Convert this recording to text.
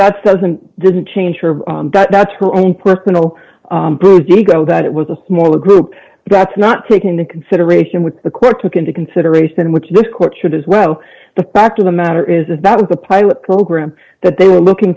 that's doesn't doesn't change sure that's her own personal bruised ego that it was a smaller group that's not taken into consideration with the court took into consideration which this court should as well the fact of the matter is that was a pilot program that they were looking